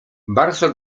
bardzo